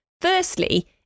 firstly